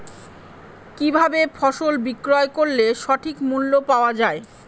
কি ভাবে ফসল বিক্রয় করলে সঠিক মূল্য পাওয়া য়ায়?